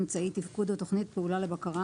אמצעי תפקוד או תכנית פעולה לבקרה,